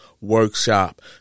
workshop